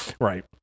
Right